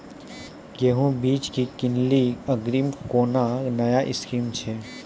गेहूँ बीज की किनैली अग्रिम कोनो नया स्कीम छ?